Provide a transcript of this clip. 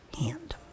hand